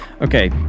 Okay